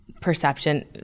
Perception